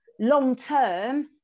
long-term